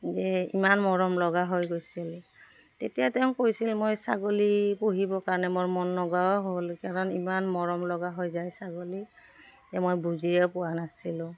যে ইমান মৰম লগা হৈ গৈছিল তেতিয়া তেওঁ কৈছিল মই ছাগলী পুহিবৰ কাৰণে মোৰ মন নগাও হ'ল কাৰণ ইমান মৰম লগা হৈ যায় ছাগলী যে মই বুজিয়ে পোৱা নাছিলোঁ